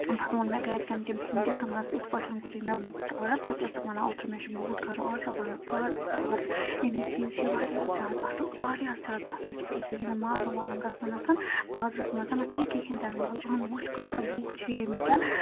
پَتہٕ ووٚن مےٚ گرِکٮ۪ن تہِ بِٮ۪ن تہِ دوٚپمَس یِتھ پٲٹھۍ کوٚرُے مےٚ بوٗٹھ آرڈَر ژٕتہِ ٲسکھ وَنان اوٚترٕ مےٚ چھُ بوٗٹھ کَرُن آرڈَر وَلہٕ کڈ ژٕ آرڈَر ییٚمِکۍ چیٖز چھِ واریاہ زیادٕ اَصٕل واریاہ زیادٕ اَصٕل چھِ ژےٚ پیٚیی نہٕ ماگَم واغَم گژھُنَتھ بازرَس منٛزَنتھ کِہیٖنۍ تہِ نہٕ وَلہٕ اَن وٕچھ کۭتیٛاہ بوٗٹھ چھِی ییٚمِکۍ کٮ۪ن